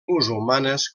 musulmanes